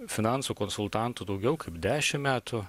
finansų konsultantu daugiau kaip dešimt metų